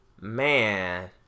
man